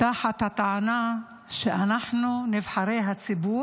תחת הטענה שאנחנו נבחרי הציבור